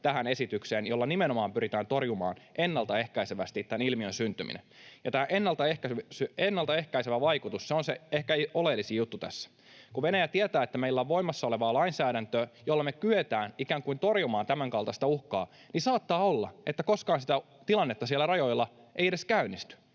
tähän esitykseen, jolla nimenomaan pyritään torjumaan ennaltaehkäisevästi tämän ilmiön syntyminen. Ja tämä ennaltaehkäisevä vaikutus, se on ehkä se oleellisin juttu tässä. Kun Venäjä tietää, että meillä on voimassa olevaa lainsäädäntöä, jolla me kyetään ikään kuin torjumaan tämänkaltaista uhkaa, niin saattaa olla, että koskaan sitä tilannetta siellä rajoilla ei edes käynnisty.